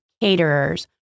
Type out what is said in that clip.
caterers